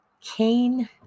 Cain